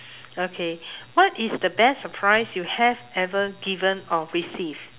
okay what is the best surprise you have ever given or received